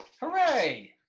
Hooray